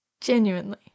genuinely